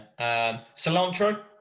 cilantro